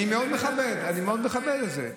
אני מאוד מכבד את זה.